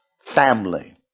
family